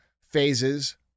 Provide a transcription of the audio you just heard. phases